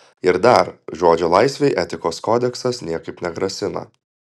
ir dar žodžio laisvei etikos kodeksas niekaip negrasina